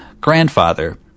grandfather